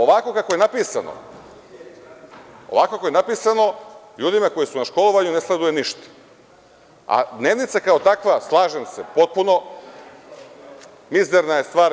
Ovako kako je napisano, ljudima koji su na školovanju ne sleduje ništa, a dnevnica kao takva, slažem se potpuno, mizerna je stvar.